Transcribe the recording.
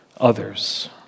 others